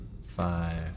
five